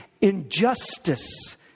injustice